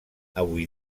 avui